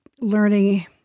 learning